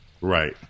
Right